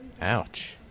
Ouch